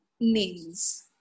names